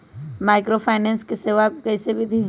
Microfinance के सेवा कइसे विधि?